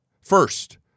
First